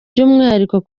by’umwihariko